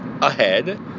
ahead